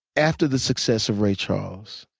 after the success of ray charles,